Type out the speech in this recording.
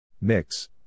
Mix